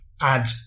add